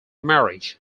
marriage